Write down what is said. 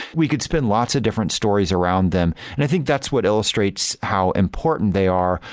we could spin lots of different stories around them, and i think that's what illustrates how important they are,